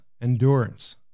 endurance